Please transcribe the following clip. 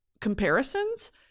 comparisons